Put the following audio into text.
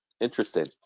Interesting